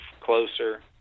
closer